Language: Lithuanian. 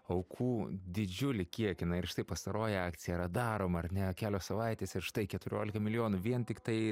aukų didžiulį kiekį na ir štai pastaroji akcija yra daroma ar ne kelios savaitės ir štai keturiolika milijonų vien tiktai